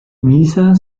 nieser